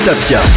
Tapia